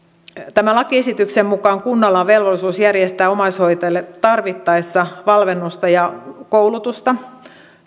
tämän lakiesityksen mukaan kunnalla on velvollisuus järjestää omaishoitajille tarvittaessa valmennusta ja koulutusta